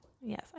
Yes